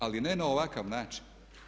Ali ne na ovakav način.